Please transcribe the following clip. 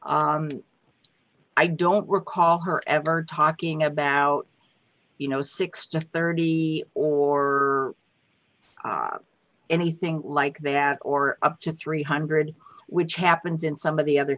e i don't recall her ever talking about you know six to thirty or anything like that or up to three hundred which happens in some of the other